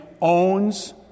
owns